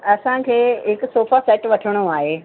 असांखे हिकु sofa set वठिणो आहे